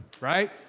right